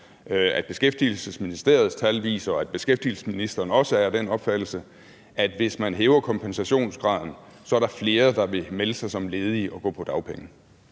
som Beskæftigelsesministeriets tal viser? Er beskæftigelsesministeren også af den opfattelse, at hvis man hæver kompensationsgraden, er der flere, der vil melde sig som ledige og gå på dagpenge?